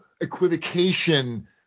equivocation